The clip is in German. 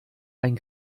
ein